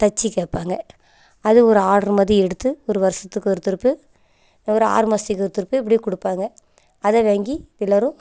தச்சு கேட்பாங்க அது ஒரு ஆர்ட்ரு மாதிரி எடுத்து ஒரு வருஷத்துக்கு ஒரு திருப்பு ஒரு ஆறு மாதத்துக்கு ஒரு திருப்பு இப்படி கொடுப்பாங்க அதை வாங்கி எல்லோரும்